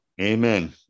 Amen